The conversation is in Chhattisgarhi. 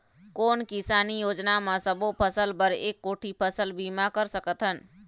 कोन किसानी योजना म सबों फ़सल बर एक कोठी फ़सल बीमा कर सकथन?